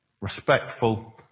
respectful